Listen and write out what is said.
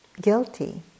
guilty